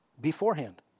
beforehand